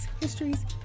histories